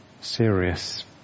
serious